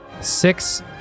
six